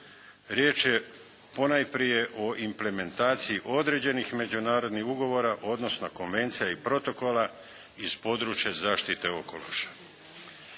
Riječ je ponajprije o implementaciji određenih međunarodnih ugovora, odnosno konvencija i protokola iz područja zaštite okoliša.